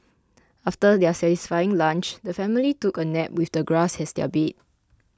after their satisfying lunch the family took a nap with the grass as their bed